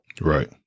Right